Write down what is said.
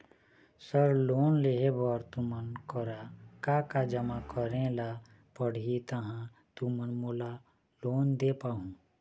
Sir loan लेहे बर तुमन करा का का जमा करें ला पड़ही तहाँ तुमन मोला लोन दे पाहुं?